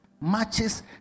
matches